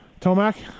Tomac